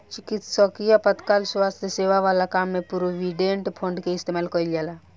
चिकित्सकीय आपातकाल स्वास्थ्य सेवा वाला काम में प्रोविडेंट फंड के इस्तेमाल कईल जाला